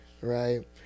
Right